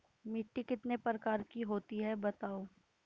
मिट्टी कितने प्रकार की होती हैं बताओ?